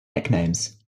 nicknames